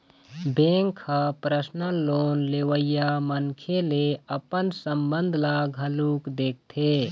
bank ह personal loan लेवइया मनखे ले अपन संबंध ल घलोक देखथे